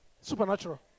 Supernatural